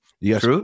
Yes